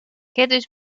kiedyś